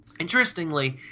Interestingly